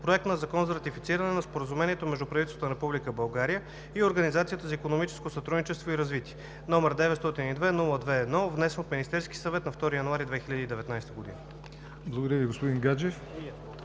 Проект на закон за ратифициране на Споразумението между правителството на Република България и Организацията за икономическо сътрудничество и развитие, № 902-02-1, внесен от Министерския съвет на 2 януари 2019 г.“ ПРЕДСЕДАТЕЛ ЯВОР НОТЕВ: Благодаря Ви, господин Гаджев.